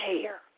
care